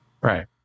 right